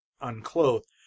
unclothed